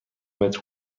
متر